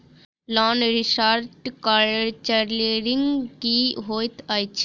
Loan restructuring की होइत अछि?